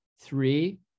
three